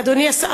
אדוני השר,